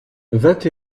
vingt